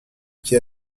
qui